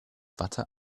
watte